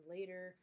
Later